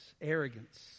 Arrogance